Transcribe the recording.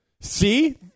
See